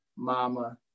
mama